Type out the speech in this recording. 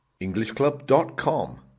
englishclub.com